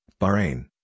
Bahrain